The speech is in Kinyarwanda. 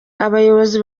abayobozi